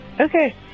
Okay